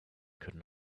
could